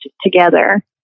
together